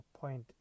point